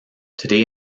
today